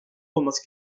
olması